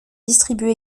distribue